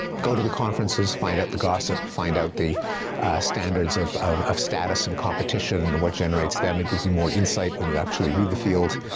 go to the conferences, find out the gossip, find out the standards of of status and competition, and what generates them. it gives you more insight when you actually read the field.